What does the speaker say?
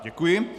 Děkuji.